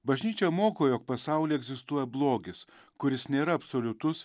bažnyčia moko jog pasaulyje egzistuoja blogis kuris nėra absoliutus